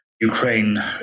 Ukraine